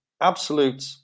absolute